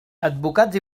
advocats